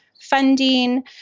funding